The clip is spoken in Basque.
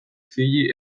fiji